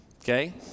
Okay